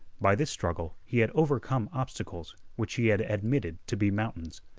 by this struggle he had overcome obstacles which he had admitted to be mountains.